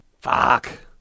Fuck